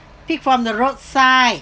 pick from the road side